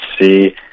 see